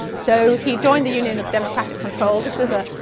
so he joined the union of democratic control. this was a,